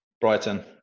Brighton